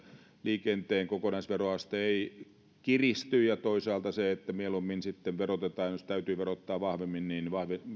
liikenteen kokonaisveroaste ei kiristy ja toisaalta se että mieluummin sitten verotetaan jos täytyy verottaa vahvemmin enemmän